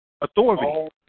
authority